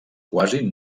quasi